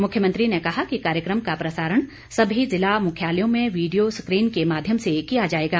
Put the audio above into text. मुख्यमंत्री ने कहा कि कार्यक्रम का प्रसारण सभी जिला मुख्यालयों में वीडियो स्क्रीन के माध्यम से किया जाएगा